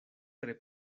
tre